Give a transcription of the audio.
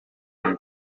kuko